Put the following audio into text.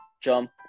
jump